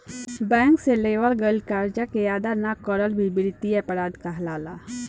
bank से लेवल गईल करजा के अदा ना करल भी बित्तीय अपराध कहलाला